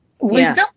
wisdom